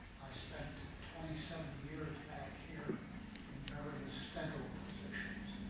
i spent twenty seven years back here in various federal positions,